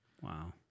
Wow